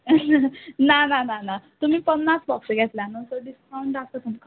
ना ना ना ना तुमी पन्नास बॉक्स घेतल्या न्हू सो डिस्कावंट जाता तुमकां